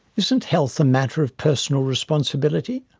isn't health a matter of personal responsibility?